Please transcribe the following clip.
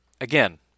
again